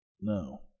No